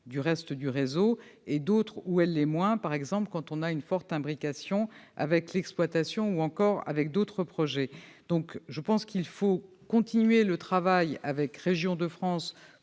du reste du réseau, et dans d'autres elle l'est moins, par exemple, quand on a une forte imbrication avec l'exploitation ou encore avec d'autres projets. Je pense qu'il faut continuer le travail avec Régions de France